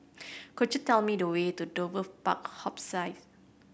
could you tell me the way to Dover Park Hospice